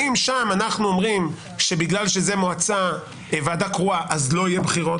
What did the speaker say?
האם שם אנחנו אומרים שבגלל שזו ועדה קרואה אז לא יהיו בחירות,